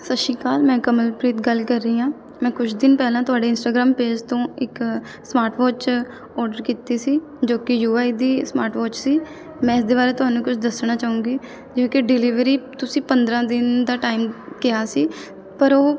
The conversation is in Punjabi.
ਸਤਿ ਸ਼੍ਰੀ ਅਕਾਲ ਮੈਂ ਕਮਲਪ੍ਰੀਤ ਗੱਲ ਕਰ ਰਹੀ ਹਾਂ ਮੈਂ ਕੁਛ ਦਿਨ ਪਹਿਲਾਂ ਤੁਹਾਡੇ ਇੰਸਟਾਗ੍ਰਾਮ ਪੇਜ ਤੋਂ ਇੱਕ ਸਮਾਰਟ ਵੋਚ ਔਡਰ ਕੀਤੀ ਸੀ ਜੋ ਕਿ ਯੂ ਆਈ ਦੀ ਸਮਾਰਟ ਵੋਚ ਸੀ ਮੈਂ ਇਸ ਦੇ ਬਾਰੇ ਤੁਹਾਨੂੰ ਕੁਝ ਦੱਸਣਾ ਚਾਹੂੰਗੀ ਜਿਵੇਂ ਕਿ ਡਿਲੀਵਰੀ ਤੁਸੀਂ ਪੰਦਰਾਂ ਦਿਨ ਦਾ ਟਾਈਮ ਕਿਹਾ ਸੀ ਪਰ ਉਹ